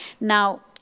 Now